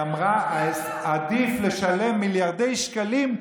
היא אמרה: עדיף לשלם מיליארדי שקלים,